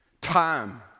Time